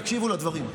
תקשיבו לדברים.